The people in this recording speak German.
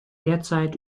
derzeit